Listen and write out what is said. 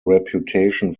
reputation